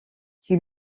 qui